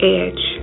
edge